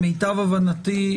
להבנתי,